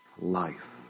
life